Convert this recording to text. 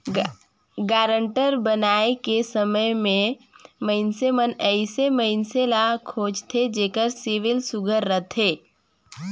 guarantor बनाए के समे में मइनसे मन अइसन मइनसे ल खोझथें जेकर सिविल सुग्घर रहथे